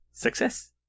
Success